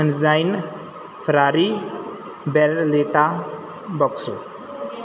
ਐਨਜਾਇਨ Ferrari Berlinetta Boxer